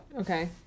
okay